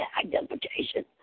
identification